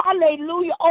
hallelujah